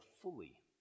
fully